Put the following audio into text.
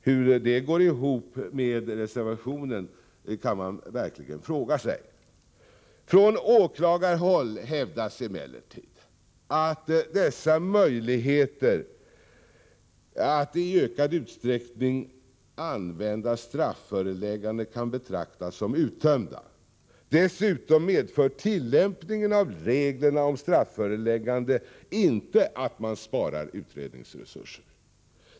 Hur det går ihop med reservationen kan man verkligen fråga sig. Från åklagarhåll hävdas att möjligheterna att i ökad utsträckning använda strafföreläggande kan betraktas som uttömda. Dessutom medför tillämpningen av reglerna om strafföreläggande inte att man sparar utredningsresurser.